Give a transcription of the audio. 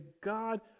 God